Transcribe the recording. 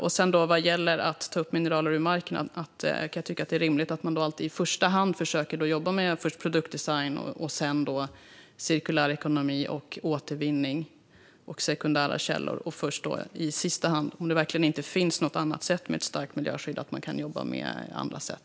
Beträffande att ta upp mineraler ur marken är det rimligt att alltid i första hand jobba med produktdesign, cirkulär ekonomi, återvinning och sekundära källor och först i sista hand, om det inte finns något annat sätt och med ett starkt miljöskydd, jobba på annat sätt.